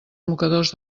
mocadors